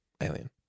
Alien